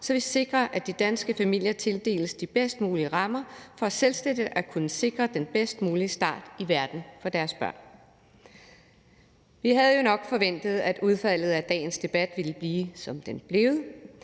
så vi sikrer, at de danske familier tildeles de bedst mulige rammer for selvstændigt at kunne sikre den bedst mulige start i verden for deres børn. Vi havde jo nok forventet, at udfaldet af dagens debat ville blive, som det er